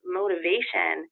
motivation